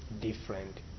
different